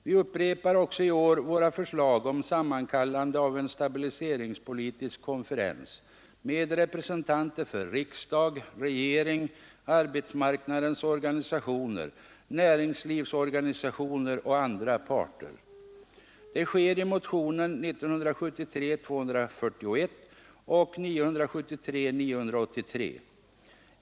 Vi upprepar också i år våra förslag om sammankallande av en stabiliseringspolitisk konferens med representanter för riksdag, regering, arbetsmarknadens organisationer, näringslivsorganisationer och andra berörda parter. Det sker i motionerna 1973:241 och 1973:983.